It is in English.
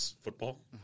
football